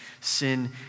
sin